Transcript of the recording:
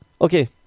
Okay